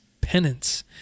penance